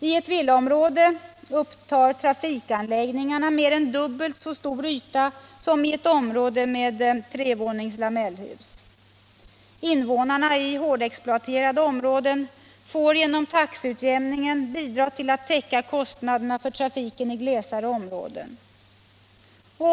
I ett villaområde upptar trafikanläggningarna mer än dubbelt så stor yta som i ett område med trevånings lamellhus. Invånarna i hårdexploaterade områden får genom taxeutjämningen bidra till att täcka kostnaderna för trafiken i glesare områden.